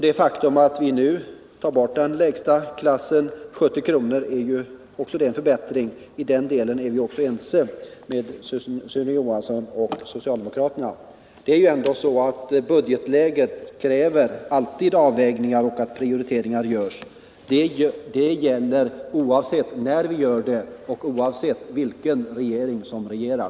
Det faktum att vi nu tar bort den lägsta klassen, 70 kr., är också en förbättring. I den delen är vi också ense med Sune Johansson och socialdemokraterna. Budgetläget kräver alltid avvägningar och prioriteringar. Det gäller oavsett när vi gör det och oavsett vilken regering som regerar.